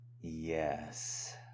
yes